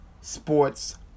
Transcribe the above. Sports